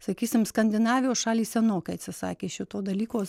sakysim skandinavijos šalys senokai atsisakė šito dalyko